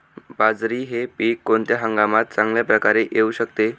बाजरी हे पीक कोणत्या हंगामात चांगल्या प्रकारे येऊ शकते?